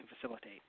facilitate